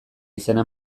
izena